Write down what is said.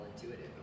intuitive